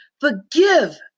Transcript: forgive